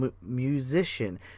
musician